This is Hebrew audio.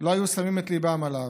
לא היו שמים את ליבם עליו.